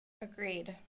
Agreed